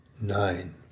nine